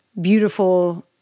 beautiful